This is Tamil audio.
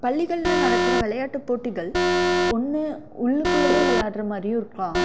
பள்ளிகளில் நடக்கிற விளையாட்டு போட்டிகள் ஒன்று உள்ளுக்குள்ளவே விளையாட்டுற மாதிரியும் இருக்கலாம்